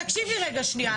תקשיבו רגע שנייה,